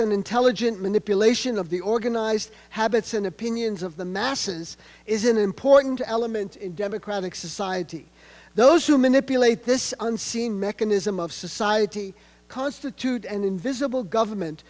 and intelligent manipulation of the organized habits and opinions of the masses is an important element in democratic society those who manipulate this unseen mechanism of society constitute an invisible government